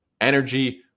energy